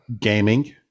gaming